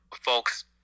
folks